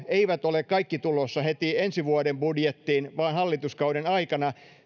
eivät ole tulossa heti ensi vuoden budjettiin vaan hallituskauden aikana